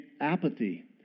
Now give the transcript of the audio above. apathy